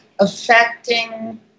affecting